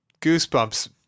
Goosebumps